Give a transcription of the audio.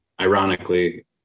ironically